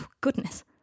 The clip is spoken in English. Goodness